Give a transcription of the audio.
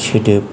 सोदोब